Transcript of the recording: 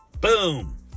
boom